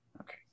Okay